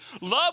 Love